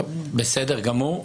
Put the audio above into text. טוב, בסדר גמור.